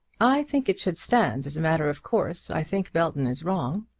i think it should stand, as a matter of course. i think belton is wrong,